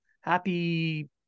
happy